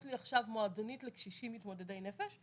לי עכשיו מועדונית לקשישים מתמודדי נפש,